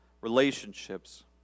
relationships